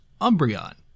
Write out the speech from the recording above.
Umbreon